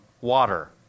water